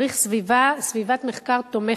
צריך סביבת מחקר תומכת.